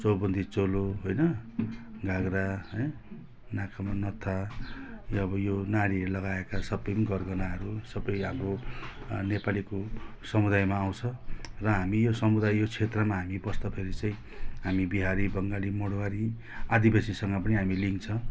चौबन्दी चोलो होइन घाघ्रा है नाकमा नत्थ यो अब यो नारीहरूले लगाएका सबै गरगहनाहरू सबै हाम्रो नेपालीको समुदायमा आउँछ र हामी यो समुदाय यो क्षेत्रमा हामी बस्दा फेरि चाहिँ हामी बिहारी बङ्गाली मारवाडी आदिवासीसँग पनि हामी लिङ छ